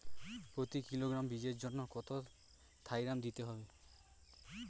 প্রতি কিলোগ্রাম বীজের জন্য কত থাইরাম দিতে হবে?